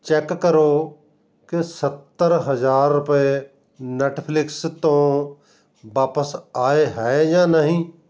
check ਕਰੋ ਕਿ ਸੱਤਰ ਹਜ਼ਾਰ ਰੁਪਏ ਨੇਟਫ਼ਲਿਕਸ ਤੋਂ ਵਾਪਸ ਆਏ ਹੈ ਜਾਂ ਨਹੀਂ